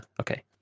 Okay